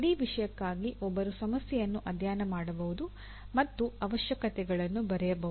ಇಡೀ ವಿಷಯಕ್ಕಾಗಿ ಒಬ್ಬರು ಸಮಸ್ಯೆಯನ್ನು ಅಧ್ಯಯನ ಮಾಡಬಹುದು ಮತ್ತು ಅವಶ್ಯಕತೆಗಳನ್ನು ಬರೆಯಬಹುದು